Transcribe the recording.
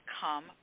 come